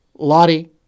Lottie